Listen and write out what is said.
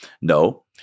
No